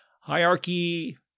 Hierarchy